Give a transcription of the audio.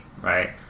right